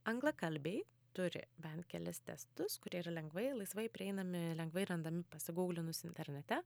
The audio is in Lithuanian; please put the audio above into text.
anglakalbiai turi bent kelis testus kurie yra lengvai laisvai prieinami lengvai randami pasigūglinus internete